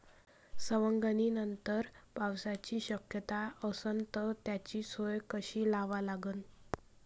सवंगनीनंतर पावसाची शक्यता असन त त्याची सोय कशी लावा लागन?